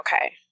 okay